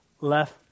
left